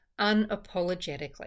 unapologetically